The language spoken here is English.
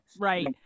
right